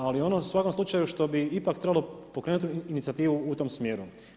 Ali ono u svakom slučaju što bi ipak trebalo pokrenuti inicijativu u tom smjeru.